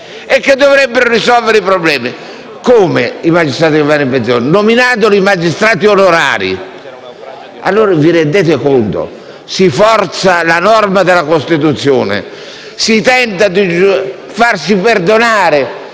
e che dovrebbero risolvere i problemi? Come si utilizzano i magistrati che vanno in pensione? Nominandoli magistrati onorari. Vi rendete conto? Si forza una norma della Costituzione e si tenta di farsi perdonare